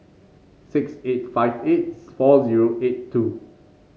six eight five eight four zero eight two